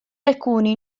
alcuni